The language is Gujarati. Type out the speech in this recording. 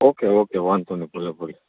ઓકે ઓકે વાંધો નહીં ભલે ભલે